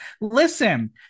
Listen